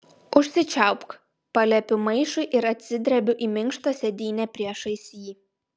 užsičiaupk paliepiu maišui ir atsidrebiu į minkštą sėdynę priešais jį